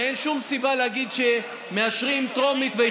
שאין שום סיבה להגיד שמאשרים בטרומית וזה